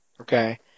okay